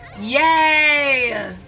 Yay